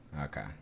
Okay